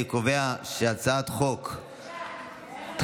אני קובע שהצעת חוק התכנון והבנייה (תיקון,